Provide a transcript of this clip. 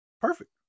Perfect